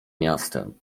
miastem